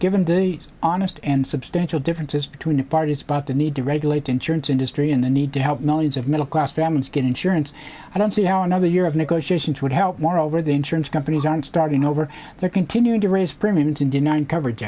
given the honest and substantial differences between the parties about the need to regulate insurance industry and the need to help millions of middle class families get insurance i don't see how another year of negotiations would help more over the insurance companies i'm starting over there continuing to raise premiums and denying coverage